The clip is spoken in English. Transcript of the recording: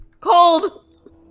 Cold